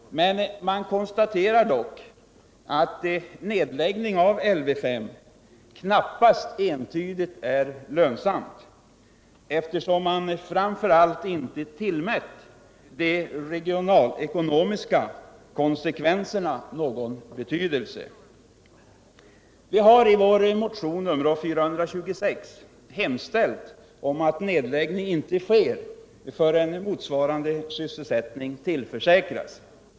Man konstaterar dock att en nedläggning av Lv 5 knappast entydigt är lönsam, eftersom man framför allt inte tillmätt de regionalekonomiska konsekvenserna någon betydelse. Vi har i vår motion 426 hemställt om att nedläggning inte sker förrän motsvarande sysselsättning tillförsäkras.